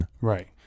Right